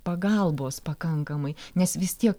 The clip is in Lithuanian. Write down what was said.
pagalbos pakankamai nes vis tiek